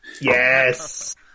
Yes